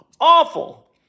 Awful